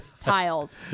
tiles